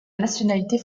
nationalité